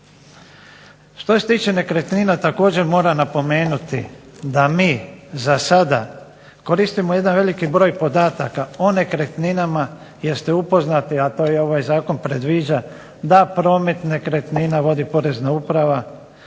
Što se tiče nekretnina također moram napomenuti da mi za sada koristimo jedan veliki broj podataka o nekretninama jer ste upoznati, a to ovaj zakon predviđa, da promet nekretnina vodi porezna uprava,